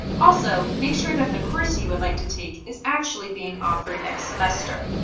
also, make sure that the course you would like to take is actually being offered next semester.